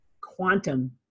quantum